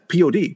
POD